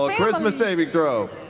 charisma saving throw.